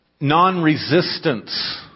non-resistance